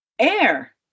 air